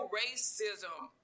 racism